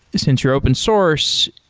since you're open source,